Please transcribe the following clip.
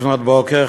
לפנות בוקר,